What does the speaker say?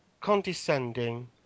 condescending